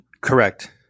Correct